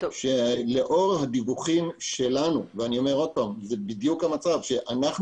שלאור הדיווחים שלנו זה בדיוק המצב אנחנו